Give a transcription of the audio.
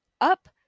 Up